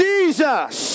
Jesus